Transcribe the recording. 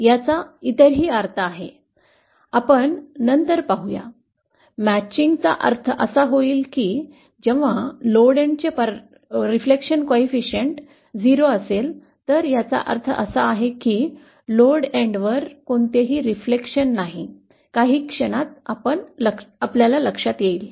याचा इतरही अर्थ आहे आपण नंतर पाहूया जुळण्याचा अर्थ असा होईल की जेव्हा लोड एंडचे परावर्तन गुणांक 0 असेल तर याचा अर्थ असा आहे की लोड एन्डवर परावर्तन नाही काही क्षणात आपल्याला लक्षात येईल